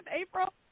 April